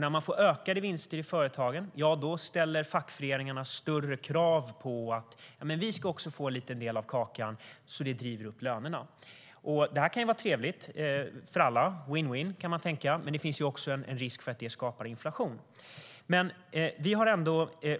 När man får ökade vinster i företagen ställer fackföreningarna större krav att också få en liten del av kakan, och det driver upp lönerna. Det kan vara trevligt för alla. Man kan tänka att det är win-win. Men det finns också en risk för att det skapar inflation. Vi har